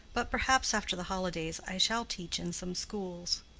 but perhaps after the holidays i shall teach in some schools.